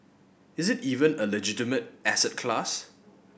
is it even a legitimate asset class